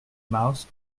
mouth